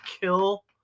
kill